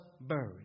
buried